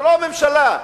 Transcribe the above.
לא הממשלה.